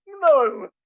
no